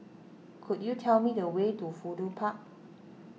could you tell me the way to Fudu Park